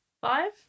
five